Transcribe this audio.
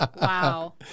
Wow